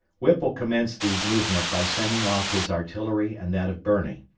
whipple commenced the movement by sending off his artillery and that of birney.